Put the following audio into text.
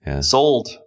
Sold